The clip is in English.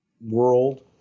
world